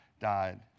died